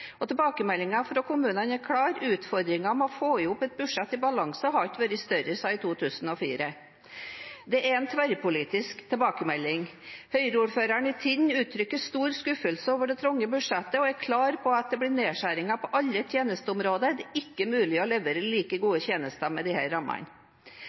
og tilbakemeldingene fra kommunene er klare, utfordringene med å få i hop et budsjett i balanse har ikke vært større siden i 2004. Det er en tverrpolitisk tilbakemelding. Høyre-ordføreren i Tinn uttrykker stor skuffelse over det trange budsjettet og er klar på at det blir nedskjæringer på alle tjenesteområder. Det er ikke mulig å levere like